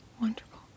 Wonderful